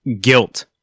guilt